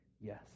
yes